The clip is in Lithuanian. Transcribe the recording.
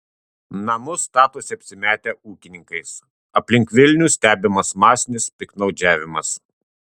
namus statosi apsimetę ūkininkais aplink vilnių stebimas masinis piktnaudžiavimas